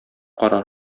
кара